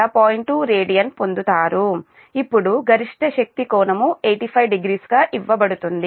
2 radian పొందుతారు ఇప్పుడు గరిష్ట శక్తి కోణం 850 గా ఇవ్వబడుతుంది